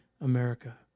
America